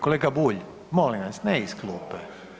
Kolega Bulj, molim vas ne iz klupe.